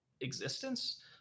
existence